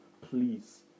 please